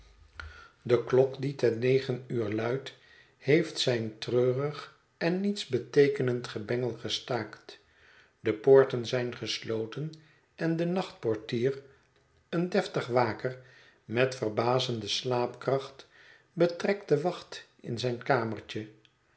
huis klok die ten negen uur luidt heeft zijn treurig en niets beteekenend gebengel gestaakt de poorten zijn gesloten en de nachtportier een deftig waker met verbazende slaapkracht betrekt de wacht in zijn kamertje